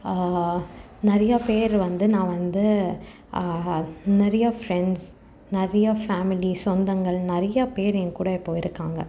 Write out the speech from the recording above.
நிறையா பேர் வந்து நான் வந்து நிறையா ஃப்ரெண்ட்ஸ் நிறையா பேமிலிஸ் சொந்தங்கள் நிறையா பேர் என் கூட இப்போது இருக்காங்க